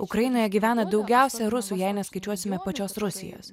ukrainoje gyvena daugiausia rusų jei neskaičiuosime pačios rusijos